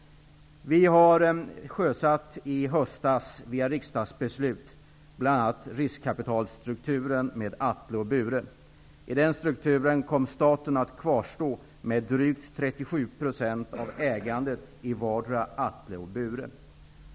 Vidare sjösatte vi i höstas via riksdagsbeslut bl.a. riskkapitalstrukturen med Atle och Bure. I den strukturen kom staten att kvarstå med drygt 37 % av ägandet i vardera Atle och Bure.